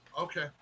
okay